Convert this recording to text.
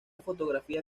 fotografía